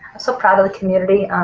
so proud of the community.